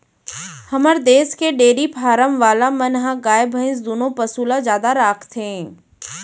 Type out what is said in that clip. हमर देस के डेरी फारम वाला मन ह गाय भईंस दुनों पसु ल जादा राखथें